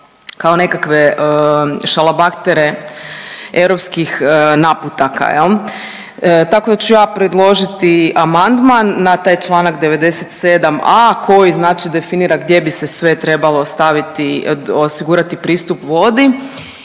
kao nekakve šalabahtere europskih naputaka jel. Tako ću ja predložiti amandman na taj Članak 97a. koji znači definira gdje bi se sve trebalo staviti osigurati pristup vodi